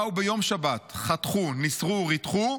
באו ביום שבת, חתכו, ניסרו וריתכו,